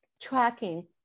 tracking